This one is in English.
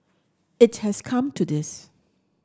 it has come to this